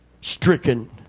Stricken